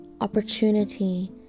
opportunity